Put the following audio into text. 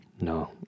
No